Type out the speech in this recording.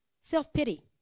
Self-pity